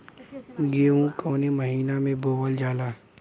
गेहूँ कवने महीना में बोवल जाला?